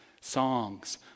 songs